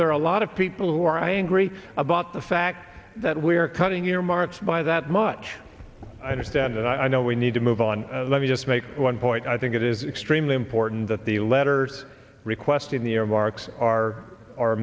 there are a lot of people who are angry about the fact that we are cutting earmarks by that much i understand and i know we need to move on let me just make one point i think it is extremely important that the letters requesting the ear